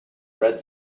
red